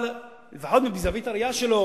אבל לפחות מזווית הראייה שלו,